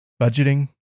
budgeting